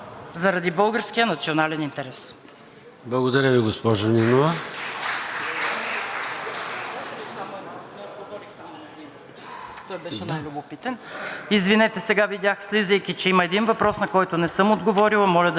Да. КОРНЕЛИЯ НИНОВА: Извинете, сега видях, слизайки, че има един въпрос, на който не съм отговорила, моля да ми позволите. Дали сме поставяли ултиматуми на господин Петков, когато пътува до Украйна за срещата със Зеленски